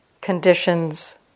conditions